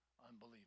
unbelievable